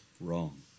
wrong